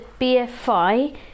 BFI